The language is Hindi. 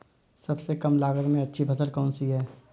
सबसे कम लागत में अच्छी फसल कौन सी है?